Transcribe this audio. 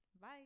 bye